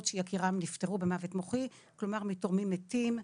שיקיריהן נפטרו במוות מוחי כלומר מתורמים מתים.